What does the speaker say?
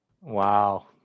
wow